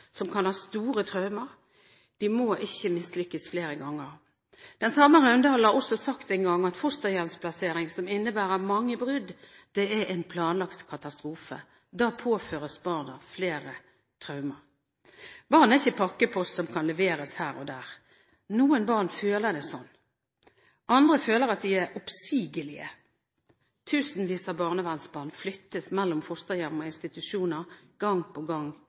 som kan ha store traumer, og de må ikke mislykkes flere ganger. Magne Raundalen har også sagt at en fosterhjemsplassering som innebærer mange brudd, er en planlagt katastrofe, da påføres barna flere traumer. Barn er ikke pakkepost som kan leveres her og der. Noen barn føler det sånn. Andre føler at de er oppsigelige. Tusenvis av barnevernsbarn flyttes mellom fosterhjem og institusjoner gang på gang